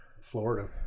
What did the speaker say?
Florida